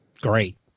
Great